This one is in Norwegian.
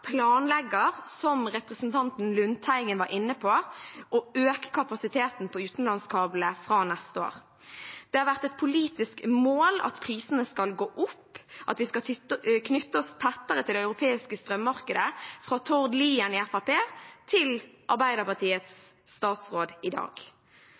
planlegger, som representanten Lundteigen var inne på, å øke kapasiteten på utenlandskablene fra neste år. Det har vært et politisk mål at prisene skal gå opp, at vi skal knytte oss tettere til det europeiske strømmarkedet – fra Tord Lien i Fremskrittspartiet til